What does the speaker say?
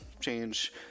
change